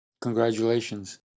Congratulations